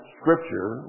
scripture